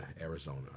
Arizona